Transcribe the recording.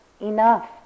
enough